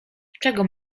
czego